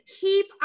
keep